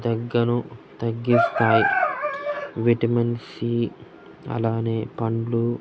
దగగును తగ్గిస్తాయి vitamin C అలానే పండ్లు